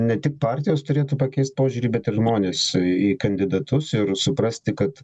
ne tik partijos turėtų pakeist požiūrį bet ir žmonės į kandidatus ir suprasti kad